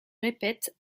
répète